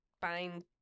buying